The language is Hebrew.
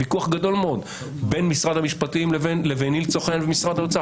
ויכוח גדול מאוד בין משרד המשפטים לבין משרד האוצר.